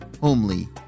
homely